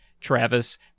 Travis